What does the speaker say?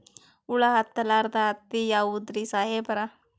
ಹುಳ ಹತ್ತಲಾರ್ದ ಹತ್ತಿ ಯಾವುದ್ರಿ ಸಾಹೇಬರ?